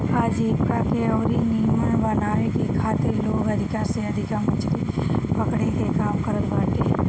आजीविका के अउरी नीमन बनावे के खातिर लोग अधिका से अधिका मछरी पकड़े के काम करत बारे